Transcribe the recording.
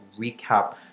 recap